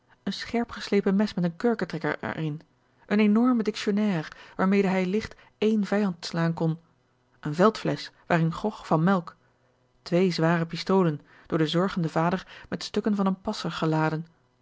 een scherp geslepen mes met een kurketrekker er in een enorme dictionnaire waarmede hij ligt één vijand slaan kon eene veldflesch waarin grog van melk twee zware pistolen door den zorgenden vader met stukken van een passer geladen